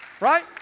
Right